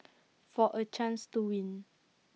for A chance to win